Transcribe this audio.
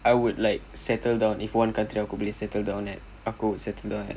I would like settle down if one country if one country aku boleh settle down kan aku would settle down at